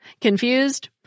Confused